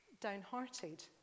downhearted